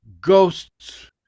Ghosts